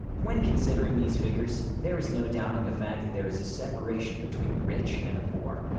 when considering these figures, there is no doubting the fact that there is a separation between the rich and the poor.